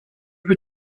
peux